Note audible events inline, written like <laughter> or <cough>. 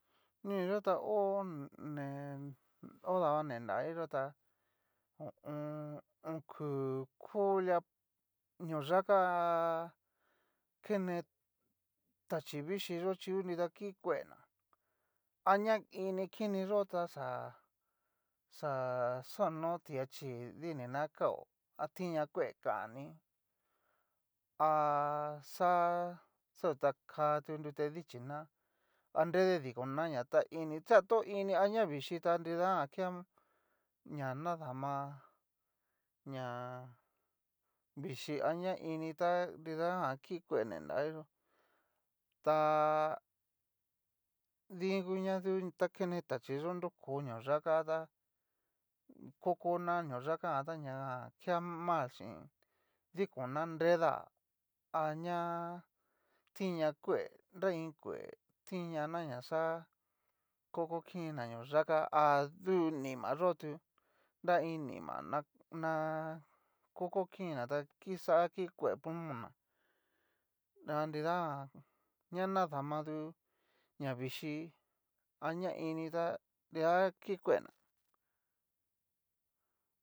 Ñoi yó ta ho ne ho dava ni nraviyóta, ho o on. oku ko lia ño'o yaka ha <hesitation> kene tachii vixhii yo chí nrida kikuena aña ini kini yo taxa xa <hesitation> xaoni ti'achí inina kao a tinña kue kanii a <hesitation> xa utaka tu tute dichí ná a nrede dikona to ini, sea to ini a ña vichí ta nridajan ke ña nadama víchii a ña ini ta nridajan kikue ni nraviyó ta <hesitation> din ngu ña ngu kene tachíi yo nroko ta noyaxata kokona noyaxa ta na jan, ta ña jan ke mal chin dikona nreda a tin ña kue nra iin kue tiñana na xá koko kinina ñoyaxa, a du nimayó tu nra iin nima na koko kinina ta kixa kikue pulmon'na nridajan ña nadamatu ña vichi aña ini tá nrida kikuena.